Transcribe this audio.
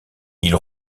ils